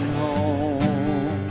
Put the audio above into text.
home